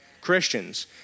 Christians